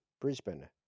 Brisbane